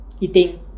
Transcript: eating